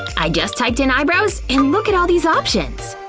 i just typed in eyebrows and look at all these options!